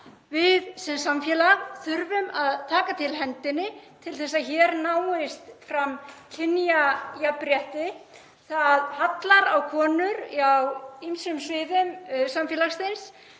Við sem samfélag þurfum að taka til hendinni til að hér náist fram kynjajafnrétti. Það hallar á konur á ýmsum sviðum samfélagsins.